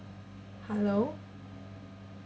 hello